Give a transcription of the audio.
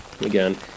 Again